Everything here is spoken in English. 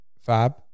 Fab